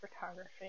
Photography